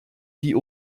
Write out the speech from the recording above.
die